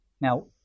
Now